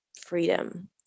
freedom